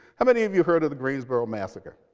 how many of you heard of the greensboro massacre?